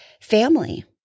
family